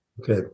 Okay